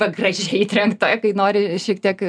gražiai trenkta kai nori šiek tiek